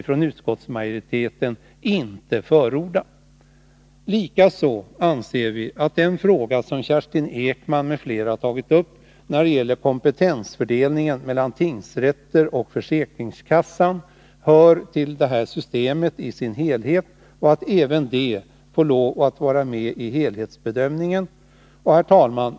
Likaså anser utskottsmajoriteten att den fråga som Kerstin Ekman m.fl. tagit upp och som gäller kompetensfördelningen mellan tingsrätt och försäkringskassa hör till systemet i dess helhet. Även detta bör därför tas med i helhetsbedömningen. Herr talman!